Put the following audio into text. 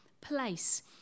place